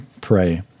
pray